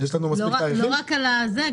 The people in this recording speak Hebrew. לא רק על זה.